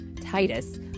Titus